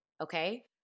okay